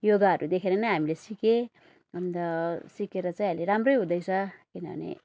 योगाहरू देखेर नै हामीले सिक्यौँ अन्त सिकेर चाहिँ अहिले राम्रै हुँदैछ किनभने